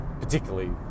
particularly